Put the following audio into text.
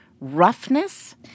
roughness